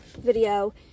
video